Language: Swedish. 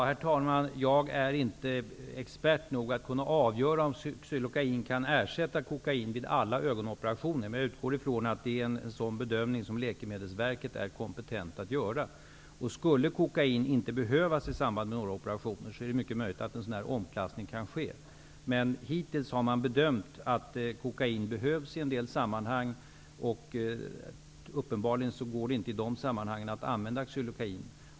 Herr talman! Jag är inte expert nog för att kunna avgöra som cylokain kan ersätta kokain vid alla ögonoperationer. Jag utgår från att det är en sådan bedömning som Läkemedelsverket är kompetent att göra. Skulle kokain inte behövas i samband med operationer är det möjligt att en omklassning kan ske. Men hittills har man bedömt att kokain behövs i en del sammanhang. Uppenbarligen går det inte att i de sammanhangen använda cylokain.